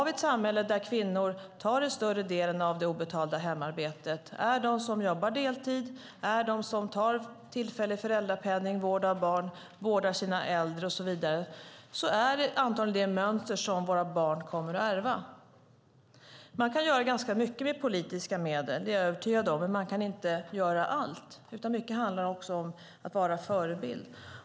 I ett samhälle där kvinnorna tar den större delen av det obetalda hemarbetet, är de som jobbar deltid, tar tillfällig föräldrapenning för vård av barn, vårdar sina äldre och så vidare är det antagligen det mönster som våra barn kommer att ärva. Jag är övertygad om att man kan göra ganska mycket med politiska medel. Men man kan inte göra allt, utan mycket handlar också om att vara förebild.